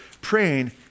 praying